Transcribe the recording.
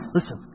Listen